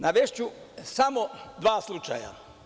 Navešću samo dva slučaja.